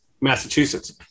Massachusetts